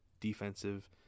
defensive